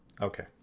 Okay